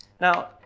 Now